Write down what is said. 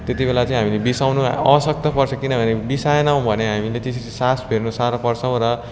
त्यति बेला चाहिँ हामीले बिसाउनु आवश्यकता पर्छ किनभने बिसाएनौँ भने हामीले त्यसरी श्वास फेर्नु साह्रो पर्छौँ र